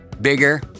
bigger